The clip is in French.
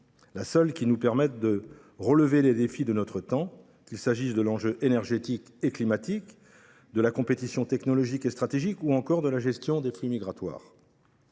la seule qui nous permette de relever les défis de notre temps, qu’il s’agisse de l’enjeu énergétique et climatique, de la compétition technologique et stratégique ou encore de la gestion des flux migratoires.